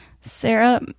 Sarah